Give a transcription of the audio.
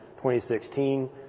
2016